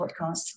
podcast